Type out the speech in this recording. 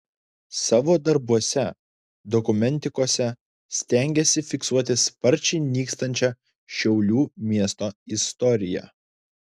savo darbuose dokumentikose stengiasi fiksuoti sparčiai nykstančią šiaulių miesto istoriją